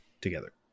together